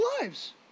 lives